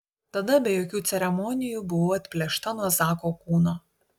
tada be jokių ceremonijų buvau atplėšta nuo zako kūno